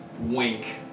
wink